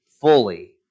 fully